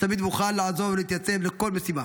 שתמיד מוכן לעזור ולהתייצב לכל משימה,